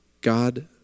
God